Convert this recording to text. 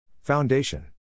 Foundation